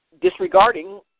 disregarding